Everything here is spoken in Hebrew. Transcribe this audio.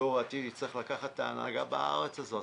דור העתיד יצטרך לקחת את ההנהגה בארץ הזאת,